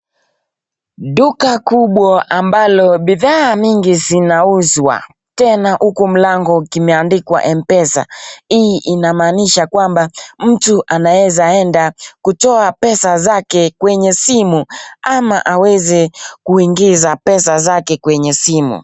Duka kubwa ambalo ni dawa mingi zinauzwa kupitia na huku mlango imeandikwa mpesa, hii inamanisha kwamba mtu anaweza enda kutoa pesa zake kwenye simu, ama auze kuingiza pesa zake kwenye simu.